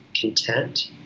content